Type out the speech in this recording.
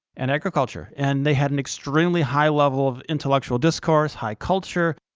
and agriculture. and they had an extremely high level of intellectual discourse, high culture,